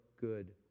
good